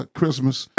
Christmas